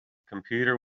computer